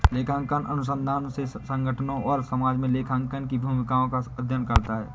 लेखांकन अनुसंधान ने संगठनों और समाज में लेखांकन की भूमिकाओं का अध्ययन करता है